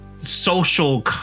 social